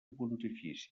pontifícia